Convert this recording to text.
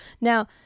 Now